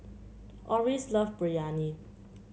Orris love Biryani